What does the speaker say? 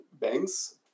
banks